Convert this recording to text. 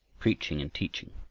preaching and teaching.